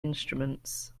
instruments